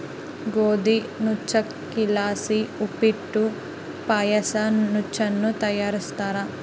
ಗೋದಿ ನುಚ್ಚಕ್ಕಿಲಾಸಿ ಉಪ್ಪಿಟ್ಟು ಪಾಯಸ ನುಚ್ಚನ್ನ ತಯಾರಿಸ್ತಾರ